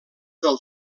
del